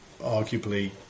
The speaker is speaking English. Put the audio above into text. arguably